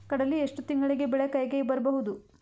ಕಡಲಿ ಎಷ್ಟು ತಿಂಗಳಿಗೆ ಬೆಳೆ ಕೈಗೆ ಬರಬಹುದು?